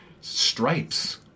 stripes